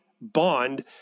bond